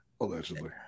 Allegedly